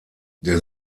der